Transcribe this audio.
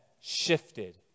shifted